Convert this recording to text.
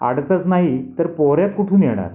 आडातच नाही तर पोहऱ्यात कुठून येणार